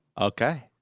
Okay